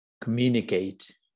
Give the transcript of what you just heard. communicate